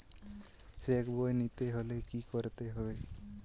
Check বই নিতে হলে কি করতে হবে?